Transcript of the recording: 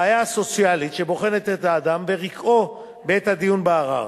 הראייה הסוציאלית שבוחנת את האדם ורקעו בעת הדיון בערר,